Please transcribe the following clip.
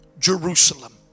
Jerusalem